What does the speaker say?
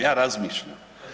Ja razmišljam.